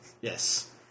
Yes